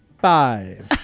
Five